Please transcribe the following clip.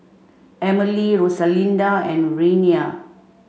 Emilee Rosalinda and Renea